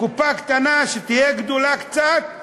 קופה קטנה שתהיה גדולה קצת,